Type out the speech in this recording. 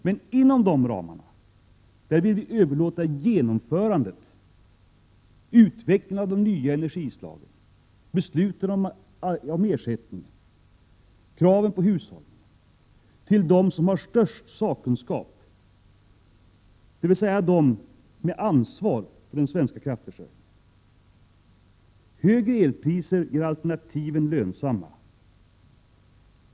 Men inom de ramarna vill vi överlåta genomförandet, dvs. bl.a. utvecklandet av de nya energislagen, besluten om ersättningen och metoderna för hushållningen, till dem som har störst sakkunskap, dvs. till de många som i dag svarar för den svenska energiförsörjningen. Högre elpriser gör alternativen lönsamma.